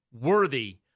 worthy